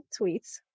tweets